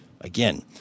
again